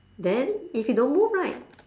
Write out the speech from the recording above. then if you don't move right